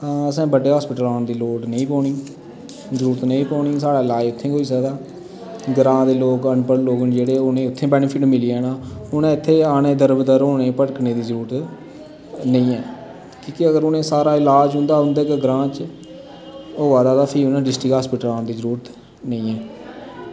आं असें बड्डे हास्पिटल आन दी लोड़ नि पौनी जरूरत नेई पौनी साढ़ा इलाज इत्थें गै होई सकदा ग्रां दे लोग अनपढ़ लोग ने जेह्ड़े उनेंगी उत्थें बेनिफिट मिली जाना उनें उत्थें आने दरबदर होने भटकने दी जरूरत नेई ऐ की के अगर उनें सारा इलाज उन्दा उंदे गै ग्रां च होआ दा ते फ्ही उनें डिस्ट्रिक्ट हास्पिटल आने दी जरूरत नेई ऐ